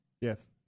Yes